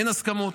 אין הסכמות,